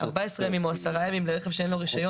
14 ימים או 10 ימים לרכב שאין לו רישיון.